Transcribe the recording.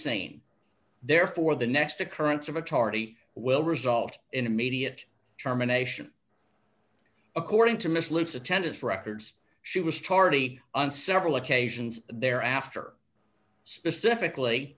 seen therefore the next occurrence of authority will result in immediate termination according to miss luke's attendance records she was tardy on several occasions there after specifically